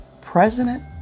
President